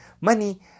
money